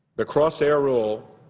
the cross-air rule,